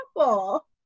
apple